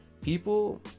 people